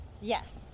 Yes